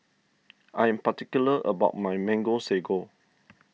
I am particular about my Mango Sago